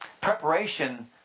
Preparation